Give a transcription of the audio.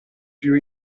più